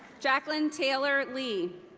jaclyn taylor lee.